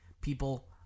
people